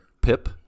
pip